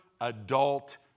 adult